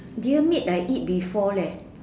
deer meat I eat before leh